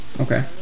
Okay